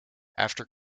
after